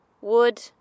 wood